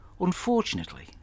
Unfortunately